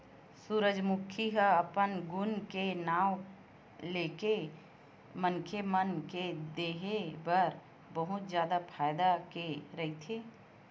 सूरजमूखी ह अपन गुन के नांव लेके मनखे मन के देहे बर बहुत जादा फायदा के रहिथे